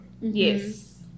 Yes